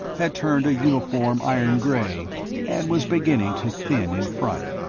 had turned a uniform iron-gray and was beginning to thin in front.